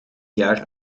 jaar